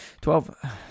Twelve